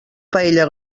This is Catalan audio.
paella